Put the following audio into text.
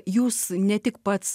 jūs ne tik pats